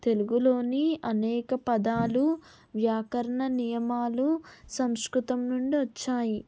తెలుగులోని అనేక పదాలు వ్యాకరణ నియమాలు సంస్కృతం నుండి వచ్చాయి